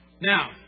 Now